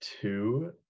Two